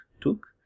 Took